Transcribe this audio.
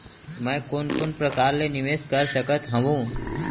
मैं कोन कोन प्रकार ले निवेश कर सकत हओं?